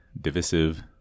divisive